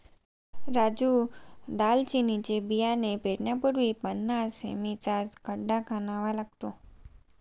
राजू दालचिनीचे बियाणे पेरण्यापूर्वी पन्नास सें.मी चा खड्डा खणावा लागतो